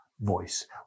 voice